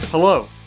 Hello